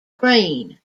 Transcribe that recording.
green